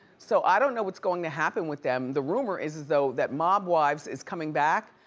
so i don't know what's going to happen with them. the rumor is is though that mob wives is coming back.